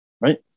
right